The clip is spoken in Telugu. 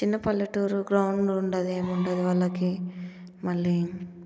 చిన్న పల్లెటూరు గ్రౌండ్ ఉండదు ఏమి ఉండదు వాళ్ళకి మళ్ళీ